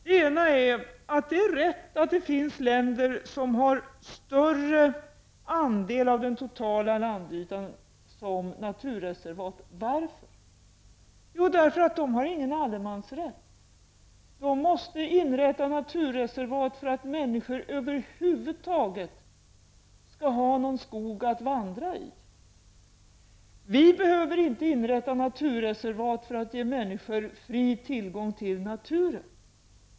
Det ena är att det är rätt att det finns länder som har större andel av den totala landytan som naturreservat än vi. Varför? Jo, de har ingen allemansrätt. De måste inrätta naturreservat för att människor över huvud taget skall ha någon skog att vandra i. Vi behöver inte inrätta naturreservat för att ge människor fri tillgång till naturen.